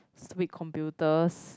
stupid computers